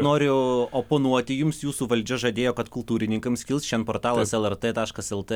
noriu oponuoti jums jūsų valdžia žadėjo kad kultūrininkams kils šiandien portalas lrt taškas lt